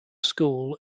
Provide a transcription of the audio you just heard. school